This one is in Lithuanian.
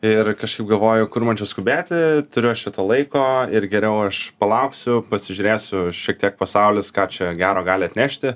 ir kažkaip galvoju kur man čia skubėti turiu aš čia to laiko ir geriau aš palauksiu pasižiūrėsiu šiek tiek pasaulis ką čia gero gali atnešti